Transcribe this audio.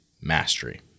mastery